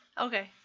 Okay